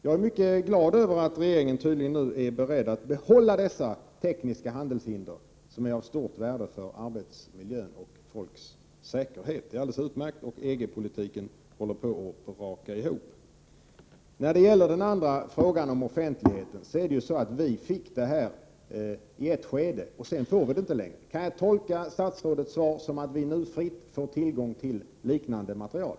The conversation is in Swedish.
Jag är mycket glad över att regeringen nu tydligen är beredd att behålla dessa tekniska handelshinder, som är av stort värde för arbetsmiljön och folks säkerhet. Det är alldeles utmärkt om EG-politiken håller på att braka ihop. När det gäller offentligheten var det så att vi fick detta material i ett skede, men nu får vi det inte längre. Kan jag tolka statsrådets svar så att vi nu får fri tillgång till liknande material?